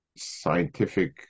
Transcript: scientific